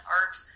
art